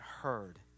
heard